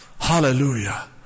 Hallelujah